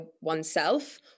oneself